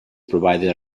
provided